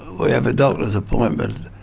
we have a doctor's appointment.